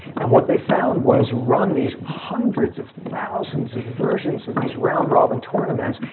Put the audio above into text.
and what they found was, run these hundreds of thousands of versions of these round robin tournaments,